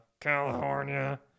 california